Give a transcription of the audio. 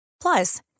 Plus